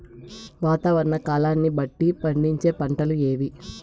వాతావరణ కాలాన్ని బట్టి పండించే పంటలు ఏవి?